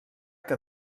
que